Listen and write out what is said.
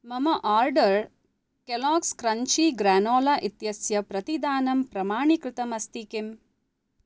मम order Kellogg's crunchy granola इत्यस्य प्रतिदानं प्रमाणीकृतमस्ति किम्